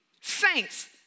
saints